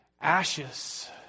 ashes